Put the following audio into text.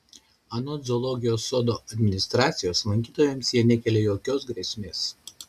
anot zoologijos sodo administracijos lankytojams jie nekelia jokios grėsmės